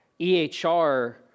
EHR